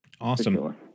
Awesome